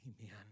amen